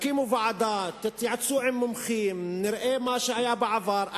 תקימו ועדה, תתייעצו עם מומחים, נראה מה היה בעבר.